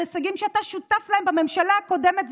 הישגים שאתה שותף להם בממשלה הקודמת,